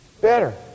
Better